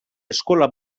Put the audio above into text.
eskola